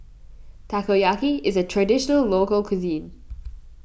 Takoyaki is a Traditional Local Cuisine